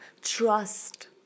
Trust